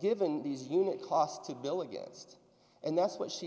given these unit cost to build a guest and that's what she